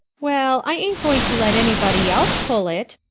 well, i ain't going to let anybody else pull it,